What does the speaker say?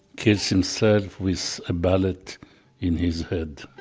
kills himself with a bullet in his head